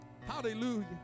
hallelujah